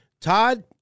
Todd